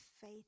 faith